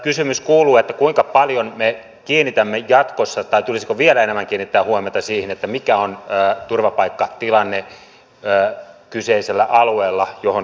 kysymys kuuluu kuinka paljon me kiinnitämme jatkossa tai tulisiko vielä enemmän kiinnittää huomiota siihen mikä on turvapaikkatilanne kyseisellä alueella johon kehitysapua suuntaamme